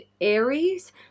Aries